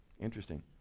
Interesting